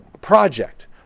project